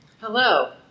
Hello